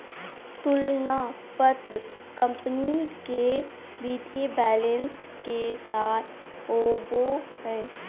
तुलना पत्र कंपनी के वित्तीय बैलेंस के सार होबो हइ